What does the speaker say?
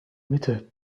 mitte